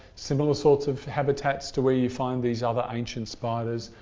similar sorts of habitats to where you find these other ancient spiders.